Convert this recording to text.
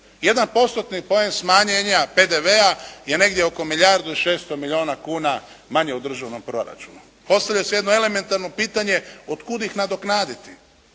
Jedan postotni pojas smanjenja PDV-a je milijardu i 600 milijuna kuna manje u državnom proračunu. Postavlja se jedno elementarno pitanje otkuda ih nadoknaditi.